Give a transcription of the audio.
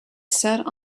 sat